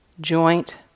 joint